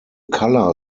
color